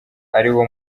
ariwo